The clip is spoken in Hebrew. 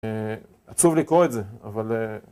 עצוב לקרוא את זה, אבל...